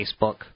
Facebook